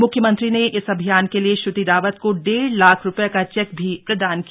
म्ख्यमंत्री ने इस अभियान के लिए श्र्ति रावत को डेढ़ लाख रुपये का चेक भी प्रदान किया